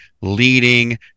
leading